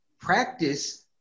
practice